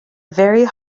very